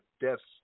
deaths